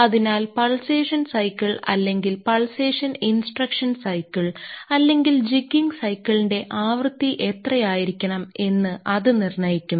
അതിനാൽ pulsation cycle അല്ലെങ്കിൽ pulsation instruction cycle അല്ലെങ്കിൽ ജിഗ്ഗിംഗ് സൈക്കിളിന്റെ ആവൃത്തി എത്രയായിരിക്കണം എന്ന് അത് നിർണ്ണയിക്കും